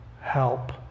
help